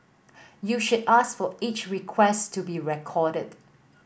you should ask for each request to be recorded